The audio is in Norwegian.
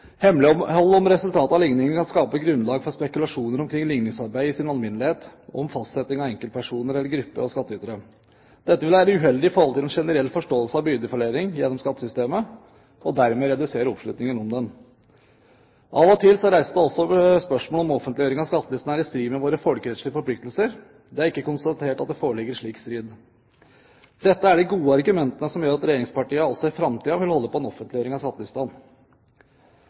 Hemmelighold om resultatet av ligningen kan skape grunnlag for spekulasjoner omkring ligningsarbeid i sin alminnelighet, og om ligningsfastsettingen for enkeltpersoner eller grupper av skattytere. Dette vil være uheldig i forhold til en generell forståelse av byrdefordeling gjennom skattesystemet, og dermed redusere oppslutningen om den. Av og til reises det også spørsmål om offentliggjøring av skattelistene er i strid med våre folkerettslige forpliktelser. Det er ikke konstatert at det foreligger slik strid. Dette er de gode argumentene, som gjør at regjeringspartiene også i framtiden vil holde på en offentliggjøring av